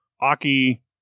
Aki